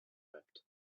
wept